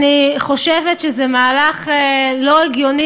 אני חושבת שזה מהלך לא הגיוני,